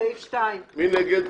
מי נגד?